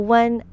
one